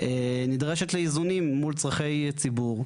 נדרשת לאיזונים מול צורכי ציבור.